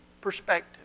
perspective